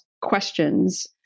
questions